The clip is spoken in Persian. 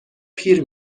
پیر